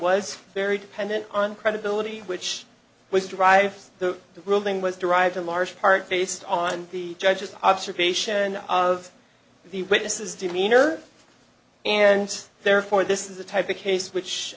was very dependent on credibility which was dr the ruling was derived in large part based on the judge's observation of the witnesses demeanor and therefore this is the type of case which